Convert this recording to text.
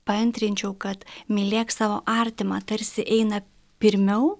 paantrinčiau kad mylėk savo artimą tarsi eina pirmiau